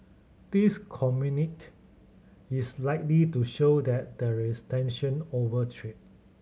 this communique is likely to show that there is tension over trade